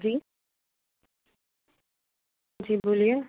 जी जी बोलिए